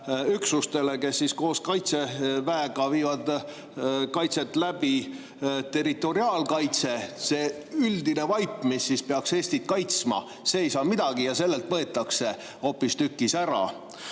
lahinguüksustele, kes koos Kaitseväega viivad kaitset läbi. Territoriaalkaitse, see üldine vaip, mis peaks Eestit kaitsma, ei saa midagi. Sellelt võetakse hoopistükkis ära